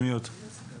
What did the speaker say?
הביא את הגביע